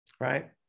right